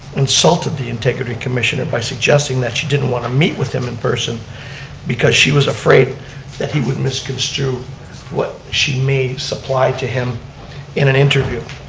insulted the integrity commissioner by suggesting that she didn't want to meet with him in person because she was afraid he would misconstrue what she may supply to him in an interview.